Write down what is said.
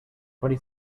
twenty